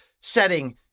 setting